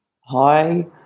Hi